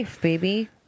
baby